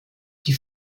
die